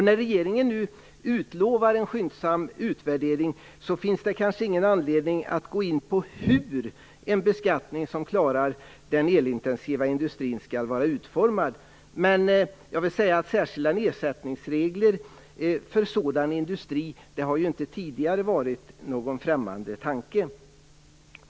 När regeringen nu utlovar en skyndsam utvärdering finns det kanske ingen anledning att gå in på hur en beskattning som klarar den elintensiva industrin skall vara utformad. Men jag vill säga att särskilda nedsättningsregler för sådan industri inte tidigare varit någon främmande tanke.